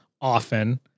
often